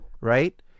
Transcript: right